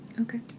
Okay